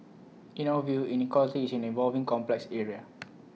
in our view inequality is an evolving complex area